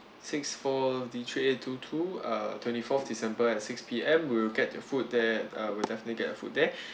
six four D three eight two two uh twenty fourth december at six P_M we will get your food there uh we'll definitely get your food there